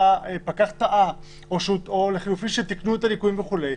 שהפקח טעה או לחלופין שהם תקנו את הליקויים וכו'